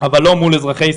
אבל לא מול אזרחי ישראל.